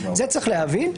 את זה צריך להבין.